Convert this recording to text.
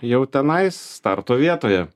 jau tenais starto vietoje